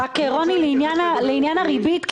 לעניין הריבית,